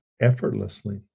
effortlessly